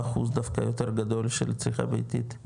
אחוז דווקא יותר גדול של צריכה ביתית?